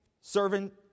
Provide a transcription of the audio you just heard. servant